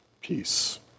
peace